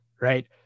right